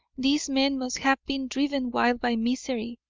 these men must have been driven wild by misery.